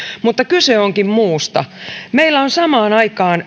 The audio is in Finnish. mutta kyse onkin muusta meillä on samaan aikaan